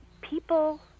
people